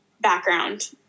background